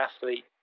athlete